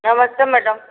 नमस्ते मैडम